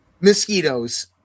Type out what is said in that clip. mosquitoes